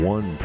One